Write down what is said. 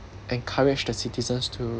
encourage the citizens to